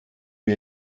wir